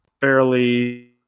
fairly